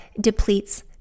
depletes